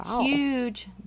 huge